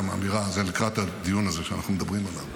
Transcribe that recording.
אמירה על זה לקראת הדיון הזה שאנחנו מדברים עליו,